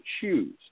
choose